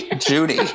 Judy